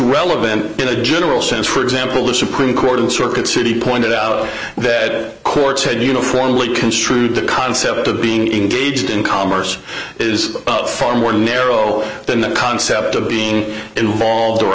relevant in a general sense for example the supreme court in circuit city pointed out of bed courts had uniformly construed the concept of being engaged in commerce is far more narrow than the concept of being involved or